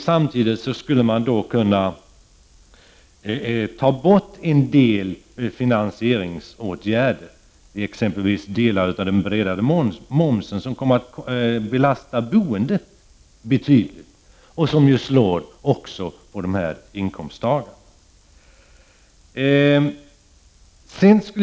Samtidigt skulle man kunna ta bort andra finansieringsåtgärder, exempelvis de delar av den breddade momsen som i betydande grad kommer att belasta boendet och drabba lågoch medelinkomsttagarna.